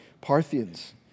Parthians